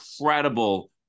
incredible